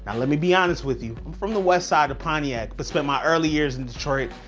and let me be honest with you, i'm from the west side of pontiac, but spent my early years in detroit,